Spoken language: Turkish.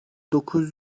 dokuz